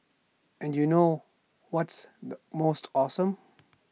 and you know what's the most awesome